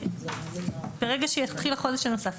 ברגע שיתחיל החודש הנוסף,